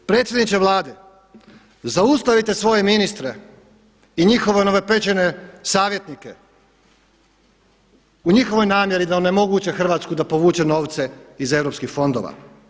Predsjedniče Vlade, zaustavite svoje ministre i njihove novopečene savjetnike u njihovoj namjeri da onemoguće Hrvatsku da povuče novce iz europskih fondova.